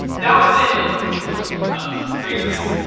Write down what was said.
that was it, like it was nuts, crazy nuts,